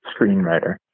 screenwriter